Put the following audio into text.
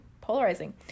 Polarizing